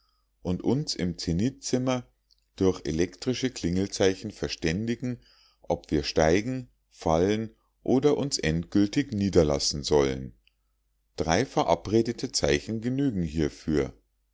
und uns im zenithzimmer durch elektrische klingelzeichen verständigen ob wir steigen fallen oder uns endgültig niederlassen sollen drei verabredete zeichen genügen hiefür